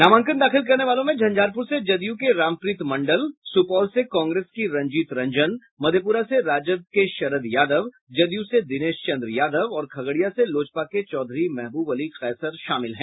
नामांकन दाखिल करने वालों में झंझारपुर से जदयू के रामप्रीत मंडल सुपौल से कांग्रेस की रंजीत रंजन मधेपुरा से राजद के शरद यादव जदयू से दिनेश चन्द्र यादव और खगड़िया से लोजपा के चौधरी महबूब अली कैसर शामिल हैं